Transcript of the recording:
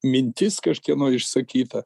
mintis kažkieno išsakyta